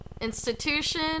institution